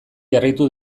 jarraitu